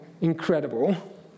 incredible